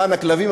למען הכלבים,